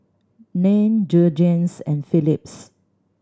Nan Jergens and Philips